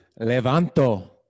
Levanto